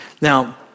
Now